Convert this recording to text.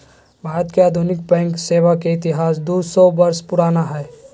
भारत में आधुनिक बैंक सेवा के इतिहास दू सौ वर्ष पुराना हइ